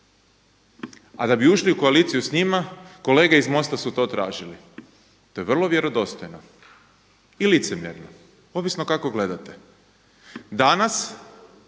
A da bi ušli u koaliciju s njima kolege iz MOST-a su to tražili, to je vrlo vjerodostojno i licemjerno, ovisno kako gledate. Danas,